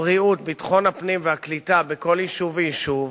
הבריאות, ביטחון הפנים והקליטה בכל יישוב ויישוב,